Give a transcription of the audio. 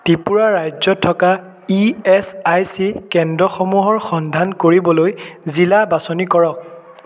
ত্ৰিপুৰা ৰাজ্যত থকা E S I C কেন্দসমূহৰ সন্ধান কৰিবলৈ জিলা বাচনি কৰক